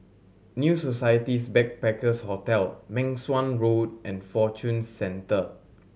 New Society's Backpackers' Hotel Meng Suan Road and Fortune Centre